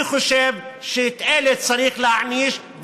אני חושב שאת אלה צריך להעניש, תודה.